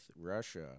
Russia